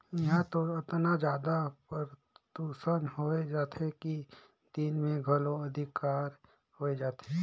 इहां तो अतना जादा परदूसन होए जाथे कि दिन मे घलो अंधिकार होए जाथे